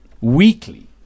weekly